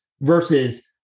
versus